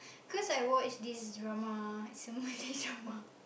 because I watched this drama some Malay drama